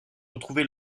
retrouvé